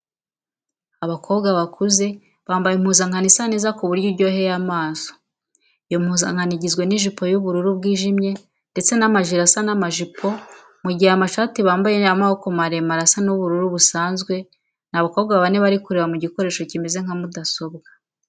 Abakobwa bakuze bambaye impuzankano isa neza ku buryo iryoheye amaso, iyo mpuzankano igizwe n'ijipo y'ubururu bwijimye ndetse n'amajire asa n'amajipo mu gihe amashati bambaye y'amaboko maremare asa n'ubururu busanzwe. Ni abakobwa bane bari kureba mu gikoresho kimeze nka mudasobwa.